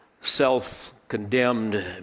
self-condemned